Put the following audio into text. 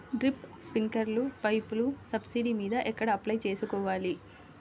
Drip, స్ప్రింకర్లు పైపులు subsidy మీద ఎక్కడ అప్లై చేసుకోవాలి?